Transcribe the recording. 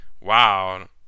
Wow